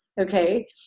Okay